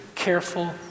careful